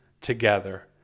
together